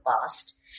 past